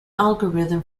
algorithm